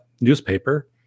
newspaper